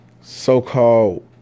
so-called